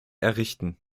errichten